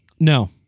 No